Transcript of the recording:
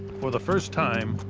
for the first time,